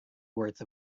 worth